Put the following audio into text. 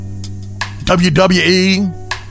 WWE